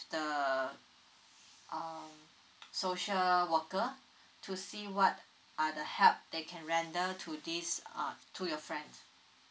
the um social worker to see what are the help they can render to this uh to your friend